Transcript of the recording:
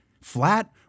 Flat